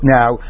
now